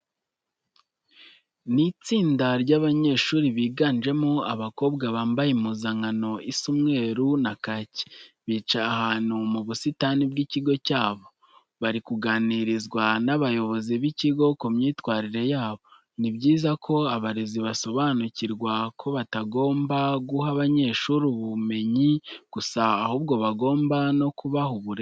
Ni itsinda ry'abanyeshuri biganjemo abakobwa, bambaye impuzankano isa umweru na kake. Bicaye ahantu mu busitani bw'ikigo cyabo, bari kuganirizwa n'abayozi b'ikigo ku myitwarire yabo. Ni byiza ko abarezi basobanukirwa ko batagomba guha abanyeshuri ubumenye gusa ahubwo bagomba no kubaha uburere.